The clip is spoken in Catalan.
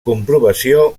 comprovació